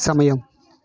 సమయం